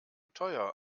teuer